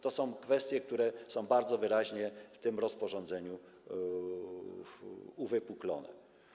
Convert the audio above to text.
To są kwestie, które są bardzo wyraźnie w tym rozporządzeniu uwypuklone.